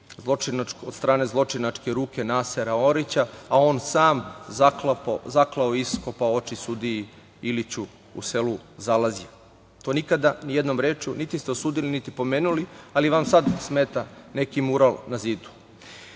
od strane zločinačke ruke Nasera Orića, a on sam zaklao i iskopao oči sudiji Iliću u selu Zalazje? To nikada ni jednom rečju niti ste osudili, niti pomenuli, ali vam sada smeta neki mural na